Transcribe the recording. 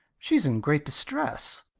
she's in great distress.